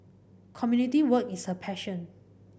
community work is her passion